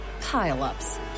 pile-ups